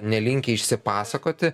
nelinkę išsipasakoti